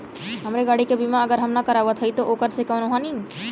हमरे गाड़ी क बीमा अगर हम ना करावत हई त ओकर से कवनों हानि?